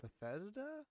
Bethesda